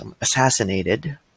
assassinated